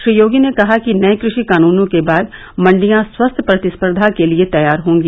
श्री योगी ने कहा कि नए कृषि कानूनों के बाद मंडियां स्वस्थ प्रतिस्पर्धा के लिए तैयार होंगी